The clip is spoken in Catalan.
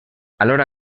alhora